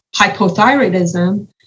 hypothyroidism